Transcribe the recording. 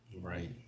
Right